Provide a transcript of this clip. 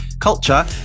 culture